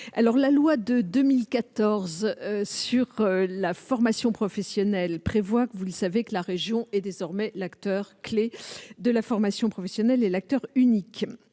la loi de 2014 sur la formation professionnelle prévoit que vous le savez, que la région est désormais l'acteur clé de la formation professionnelle et l'acteur unique,